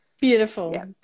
Beautiful